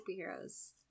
superheroes